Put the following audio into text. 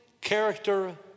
character